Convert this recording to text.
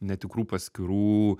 netikrų paskyrų